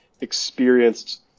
experienced